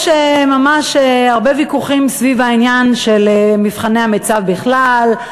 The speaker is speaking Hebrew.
יש הרבה ויכוחים סביב העניין של מבחני המיצ"ב בכלל,